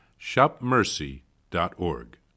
shopmercy.org